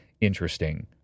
interesting